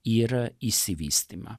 ir išsivystymą